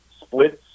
splits